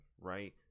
right